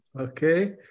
Okay